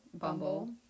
Bumble